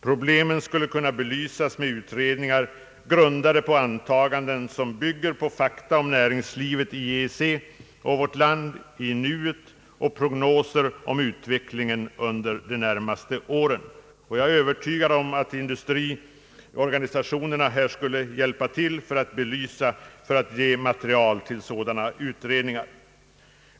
Problemen skulle kunna belysas med utredningar grundade på antaganden som bygger på fakta om näringslivet i EEC och vårt land i nuet samt prognoser om utvecklingen under de närmaste åren. Jag är öÖövertygad om att industriorganisationerna skulle hjälpa till att ge material till sådana utredningar.